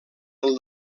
del